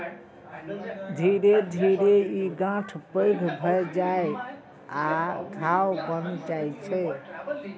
धीरे धीरे ई गांठ पैघ भए जाइ आ घाव बनि जाइ छै